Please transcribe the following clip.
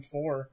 Four